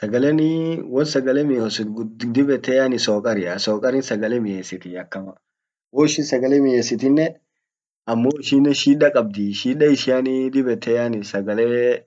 Sagalenii won sagale miyosit gud dib yette yani sokaria sokarin sagale miyesitii akama hoishin sagale miyesitine amo ishinen shida qabdi shida ishianii dib yette yani sagalee